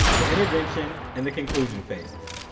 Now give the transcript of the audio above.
the intervention, and the conclusion phases.